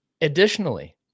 additionally